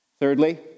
Thirdly